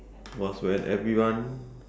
was when everyone